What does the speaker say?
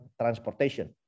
transportation